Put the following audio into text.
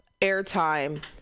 airtime